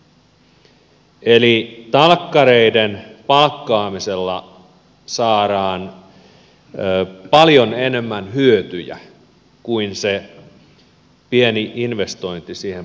eli talkkareiden palkkaamisella saadaan paljon enemmän hyötyjä kuin se pieni investointi palkkamenoihin on